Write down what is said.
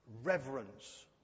reverence